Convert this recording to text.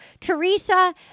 Teresa